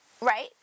right